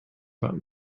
but